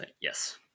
yes